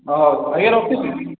ହଁ ହଉ ଆଜ୍ଞା ରଖୁଛି